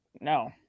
no